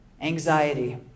anxiety